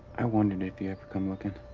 i wondered if you'd ever come looking.